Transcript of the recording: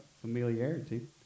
familiarity